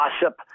gossip